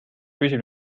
püsib